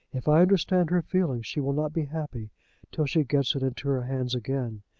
if i understand her feelings, she will not be happy till she gets it into her hands again.